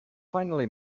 finally